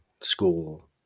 school